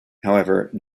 however